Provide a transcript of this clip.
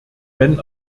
wenn